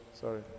Sorry